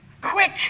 quick